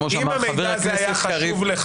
כמו שאמר חבר הכנסת קריב --- אם זה היה חשוב לך,